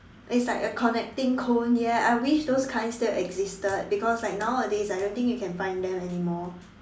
it's like a connecting cone ya I wish those kind still existed because like nowadays I don't think you can find them anymore